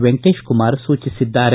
ವೆಂಕಟೇಶ ಕುಮಾರ್ ಸೂಚಿಸಿದ್ದಾರೆ